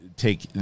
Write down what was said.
take